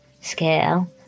scale